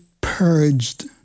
purged